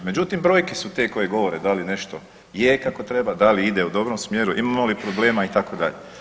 Međutim, brojke su te koje govore da li nešto je kako treba da li ide u dobrom smjeru, imamo li problema itd.